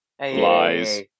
Lies